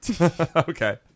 Okay